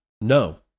No